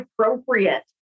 appropriate